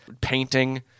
painting